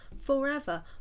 forever